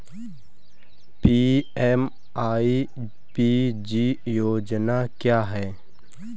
PMEPG योजना क्या है?